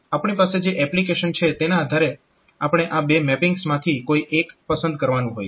આપણી પાસે જે એપ્લીકેશન છે તેના આધારે આપણે આ બે મેપિંગ્સમાંથી કોઈ એક પસંદ કરવાનું હોય છે